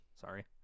Sorry